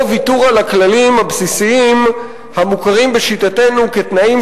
ויתור על הכללים הבסיסיים המוכרים בשיטתנו כתנאים